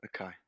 Okay